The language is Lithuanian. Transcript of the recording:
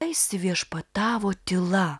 įsiviešpatavo tyla